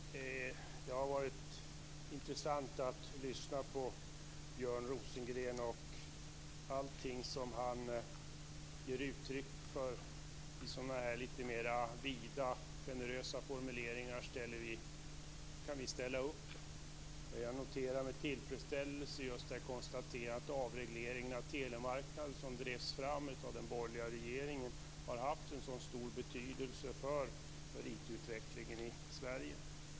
Fru talman! Det har varit intressant att lyssna på Björn Rosengren. Allt som han ger uttryck för i lite mer vida och generösa formuleringar kan vi ställa upp på. Jag noterar med tillfredsställelse att han konstaterar att avregleringen av telemarknaden, som drevs fram av den borgerliga regeringen, har haft en så stor betydelse för IT-utvecklingen i Sverige.